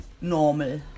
normal